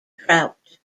trout